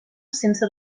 sense